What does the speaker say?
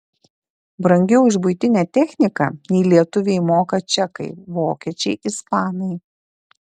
brangiau už buitinę techniką nei lietuviai moka čekai vokiečiai ispanai